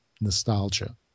nostalgia